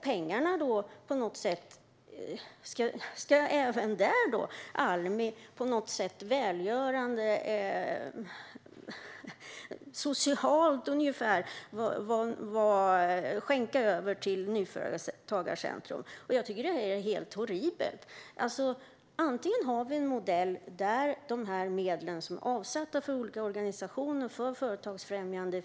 Pengarna ska Almi även där på något sätt välgörande, ungefär socialt, skänka till Nyföretagarcentrum. Jag tycker att det är helt horribelt. Vi ska ha en modell där alla ser vad som händer och sker med medlen som finns avsatta för olika organisationer för företagsfrämjande.